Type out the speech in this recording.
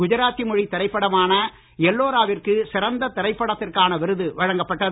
குஜராத்தி மொழி திரைப்படமான எல்லோராவிற்கு சிறந்த திரைப்படத்திற்கான விருது வழங்கப்பட்டது